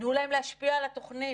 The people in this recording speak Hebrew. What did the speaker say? תנו להם להשפיע על התוכנית,